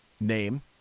name